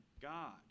God